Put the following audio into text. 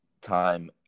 time –